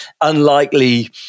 unlikely